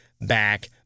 back